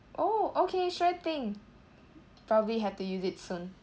oh okay sure thing probably have to use it soon